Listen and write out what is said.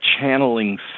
channeling